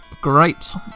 Great